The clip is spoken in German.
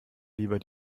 lieber